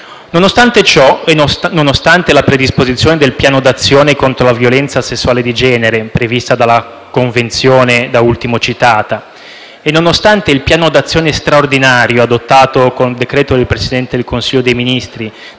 Nonostante ciò, nonostante la predisposizione del Piano d'azione contro la violenza sessuale di genere, prevista dalla Convenzione da ultimo citata, e nonostante il Piano d'azione straordinario adottato con decreto del Presidente del Consiglio dei ministri